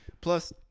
plus